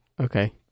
okay